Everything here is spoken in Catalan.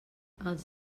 els